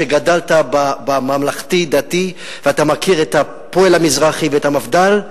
שגדלת בממלכתי-דתי ואתה מכיר את "הפועל המזרחי" ואת המפד"ל: